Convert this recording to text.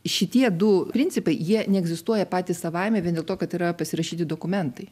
šitie du principai jie neegzistuoja patys savaime vien dėl to kad yra pasirašyti dokumentai